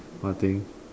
I think